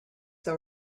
that